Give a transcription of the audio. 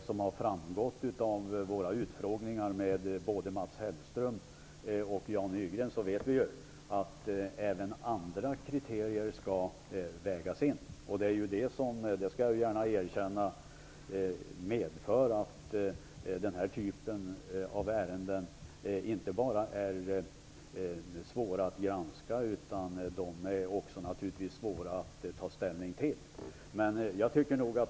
Som har framgått av våra utfrågningar med både Mats Hellström och Jan Nygren skall även andra kriterier vägas in. Det medför att denna typ av ärenden inte bara är svåra att granska utan också svåra att ta ställning till, det skall jag gärna erkänna.